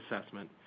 assessment